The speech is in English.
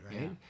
right